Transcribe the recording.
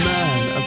Man